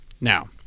Now